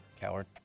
Coward